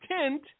tint